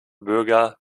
bürger